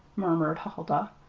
murmured huldah,